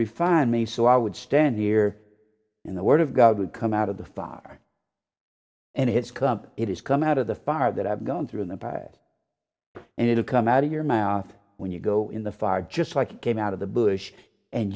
refine me so i would stand here in the word of god would come out of the fire and it's come it has come out of the fire that i've gone through in the past and it'll come out of your mouth when you go in the fire just like it came out of the bush and